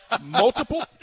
Multiple